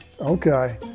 okay